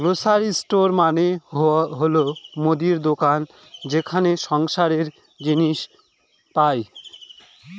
grocery store মানে হল মুদির দোকান যেখানে সংসারের জিনিস পাই